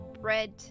bread